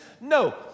No